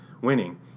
winning